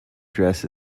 dress